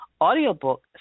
audiobook